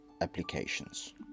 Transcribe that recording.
applications